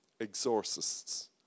exorcists